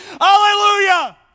Hallelujah